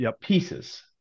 pieces